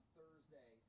Thursday